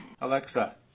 Alexa